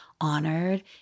Honored